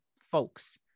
folks